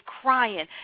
crying